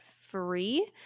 free